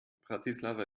bratislava